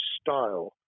style